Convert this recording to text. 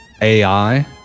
AI